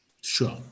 Sure